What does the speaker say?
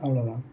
அவ்வளோதான்